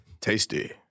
Tasty